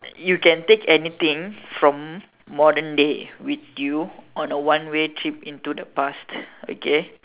you can take anything from modern day with you on a one way trip into the past okay